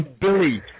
Billy